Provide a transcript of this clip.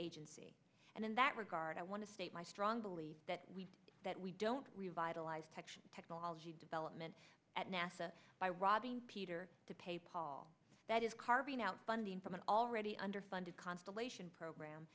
agency and in that regard i want to state my strong belief that we that we don't revive allies tech technology development at nasa by robbing peter to pay paul that is carving out funding from an already underfunded constellation program